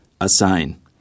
Assign